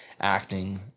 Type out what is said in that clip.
acting